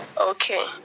Okay